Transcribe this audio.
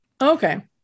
Okay